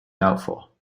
doubtful